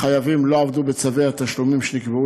החייבים לא עמדו בצווי התשלומים שנקבעו